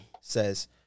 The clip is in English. says